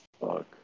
fuck